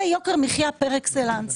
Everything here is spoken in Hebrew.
זה יוקר מחיה פר אקסלנס.